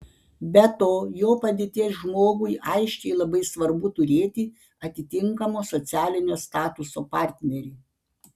be to jo padėties žmogui aiškiai labai svarbu turėti atitinkamo socialinio statuso partnerį